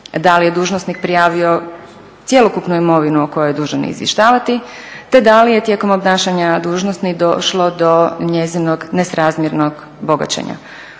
da li je dužnosnik prijavio cjelokupnu imovinu o kojoj je dužan izvještavati te da li je tijekom obnašanja dužnosti došlo do njezinog nesrazmjernog bogaćenja.